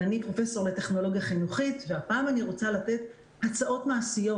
ואני פרופ' לטכנולוגיה חינוכית והפעם אני רוצה לתת הצעות מעשיות